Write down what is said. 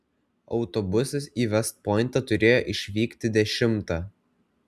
autobusas į vest pointą turėjo išvykti dešimtą